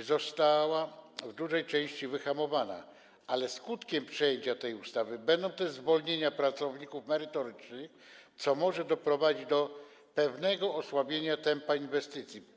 została w dużej części wyhamowana, ale skutkiem przyjęcia tej ustawy będą też zwolnienia pracowników merytorycznych, co może doprowadzić do pewnego osłabienia tempa inwestycji.